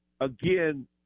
again